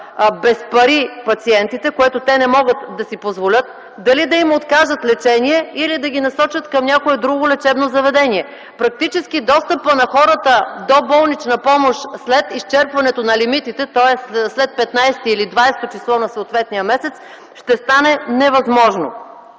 без пари пациентите, което те не могат да си позволят, дали да им откажат лечение или да ги насочат към някое друго лечебно заведение. Практически достъпът на хората до болнична помощ след изчерпването на лимитите, тоест след 15-о или 20-о число на съответния месец, ще стане невъзможно.